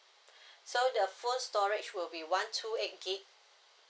so the phone storage will be one two eight gb